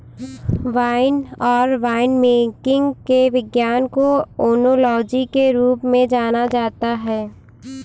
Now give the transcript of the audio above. wine और winemaking के विज्ञान को ओनोलॉजी के रूप में जाना जाता है